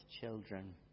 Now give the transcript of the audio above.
children